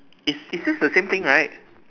it's it's says the same thing right